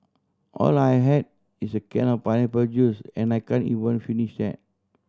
all I had is a can of pineapple juice and I can't even finish that